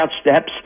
steps